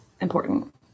important